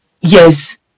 Yes